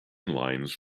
lines